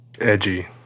Edgy